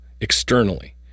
externally